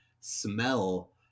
smell